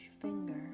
finger